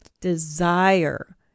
Desire